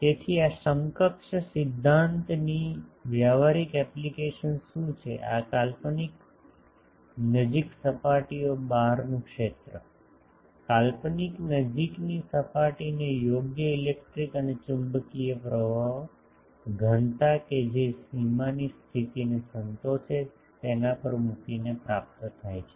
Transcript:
તેથી આ સમકક્ષ સિદ્ધાંતની વ્યવહારિક એપ્લિકેશન શું છે એક કાલ્પનિક નજીક સપાટીઓ બહારનું ક્ષેત્ર કાલ્પનિક નજીકની સપાટીને યોગ્ય ઇલેક્ટ્રિક અને ચુંબકીય પ્રવાહો ઘનતા કે જે સીમાની સ્થિતિને સંતોષે છે તેના પર મૂકીને પ્રાપ્ત થાય છે